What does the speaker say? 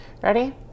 ready